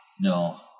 no